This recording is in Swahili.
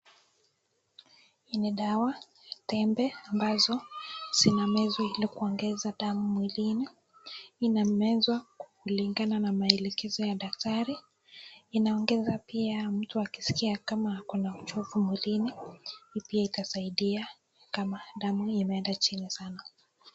Hii ni dawa tembe ambazo zinamezwa ili kuongeza damu mwilini. Inamezwa kulingana na maelekezo ya daktari. Inaongeza pia mtu akiskia kama ako na uchovu mwilini, pia itasaidia kama damu imeenda chini sana.